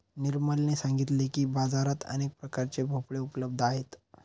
निर्मलने सांगितले की, बाजारात अनेक प्रकारचे भोपळे उपलब्ध आहेत